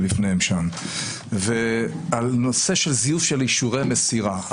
בפניהם על נושא של זיוף אישורי מסירה.